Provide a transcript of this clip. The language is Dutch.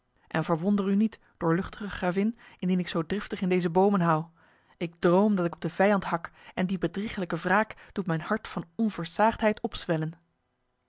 en verwonder u niet doorluchtige gravin indien ik zo driftig in deze bomen houw ik droom dat ik op de vijand hak en die bedriegelijke wraak doet mijn hart van onversaagdheid opzwellen